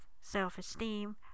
self-esteem